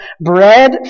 bread